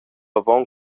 avon